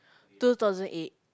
two thousand eight